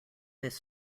this